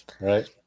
right